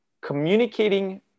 communicating